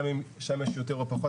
גם אם שם יש יותר או פחות.